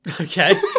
Okay